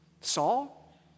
Saul